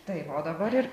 taip o dabar ir